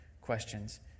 questions